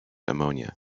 ammonia